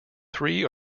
three